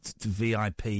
VIP